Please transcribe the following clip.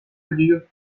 lieu